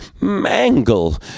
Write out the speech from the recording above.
mangle